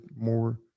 more